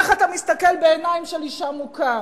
איך אתה מסתכל בעיניים של אשה מוכה